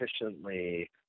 efficiently